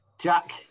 Jack